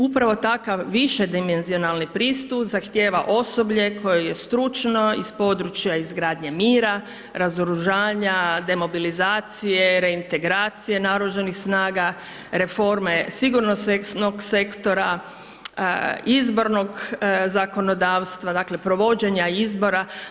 Upravo takav višedimenzionalni pristup zahtijeva osoblje koje je stručno iz područja izgradnje mira, razoružanja, demobilizacije, reintegracije naoružanih snaga, reforme, sigurnosnog sektora, izbornog zakonodavstva, dakle, provođenja izbora.